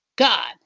God